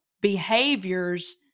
Behaviors